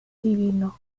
divino